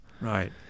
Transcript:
Right